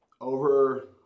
over